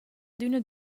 adüna